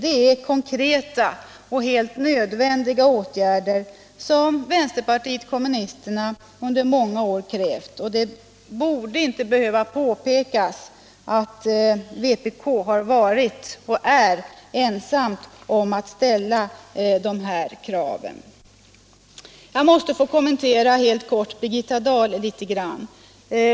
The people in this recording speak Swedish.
Det är konkreta och alldeles nödvändiga åtgärder, som vänsterpartiet kommunisterna under många år krävt. Det borde inte behöva påpekas att vpk har varit och är ensamt om att ställa de här kraven. Jag måste få kommentera Birgitta Dahls inlägg helt kort.